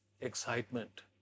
excitement